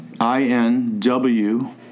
I-N-W